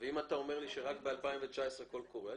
אתה אומר שרק ב-2019 יש קול קורא.